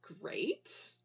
great